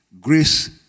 grace